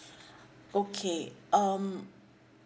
okay um